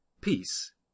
Peace